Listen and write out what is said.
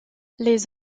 les